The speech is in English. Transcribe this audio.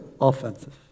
offensive